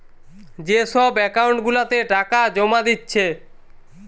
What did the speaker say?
যে সব একাউন্ট গুলাতে টাকা জোমা দিচ্ছে